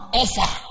offer